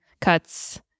cuts